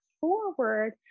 forward